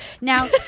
now